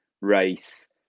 race